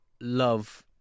love